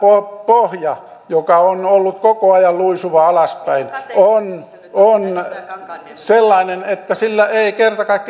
tämä pohja joka on ollut koko ajan luisuva alaspäin on sellainen että sillä ei kerta kaikkiaan voida jatkaa